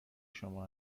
شما